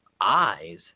eyes